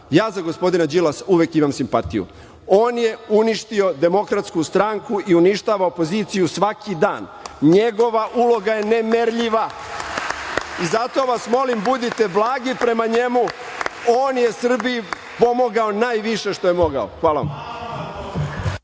Ja za gospodina Đilasa uvek imam simpatiju. On je uništio Demokratsku stranku i uništava opoziciju svaki dan. Njegova uloga je nemerljiva. Zato vas molim budite blagi prema njemu. On je Srbiji pomogao najviše što je mogao. Hvala vam.